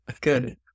Good